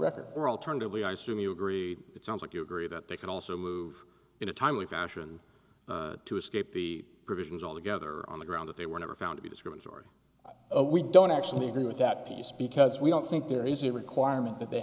record or alternatively i assume you agree it sounds like you agree that they can also move in a timely fashion to escape the provisions altogether on the ground that they were never found to be discriminatory we don't actually agree with that piece because we don't think there is a requirement that they